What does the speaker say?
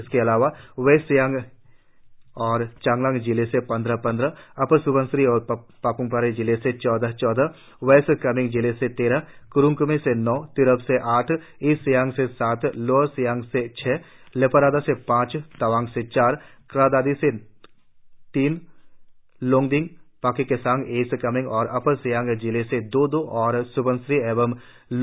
इसके अलावा वेस्ट सियांग और चांगलांग जिले से पंद्रह पंद्रह अपर स्बनसिरी और पाप्मपारे जिले से चौदह चौदह वेस्ट कामेंग जिले से तेरह कुरुंग कुमे से नौ तिरप से आठ ईस्ट सियांग से सात लोअर सियांग से छह लेपारादा से पांच तवांग से चार क्रा दादी और नामसाई से तीन तीन लोंगडिंग पाके केसांग ईस्ट कामेंग और अपर सियांग जिले से दो दो और सुबनसिरी और लोहित जिले से एक एक नया मामला शामिल है